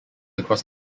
across